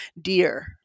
dear